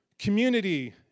Community